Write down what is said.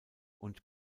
und